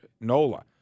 Nola